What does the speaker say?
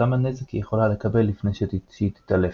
וכמה נזק היא יכולה לקבל לפני שהיא תתעלף.